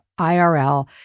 IRL